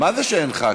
מה זה שאין שר?